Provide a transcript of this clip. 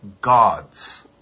gods